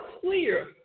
clear